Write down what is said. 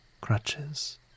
crutches